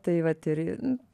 tai vat ir